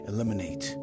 Eliminate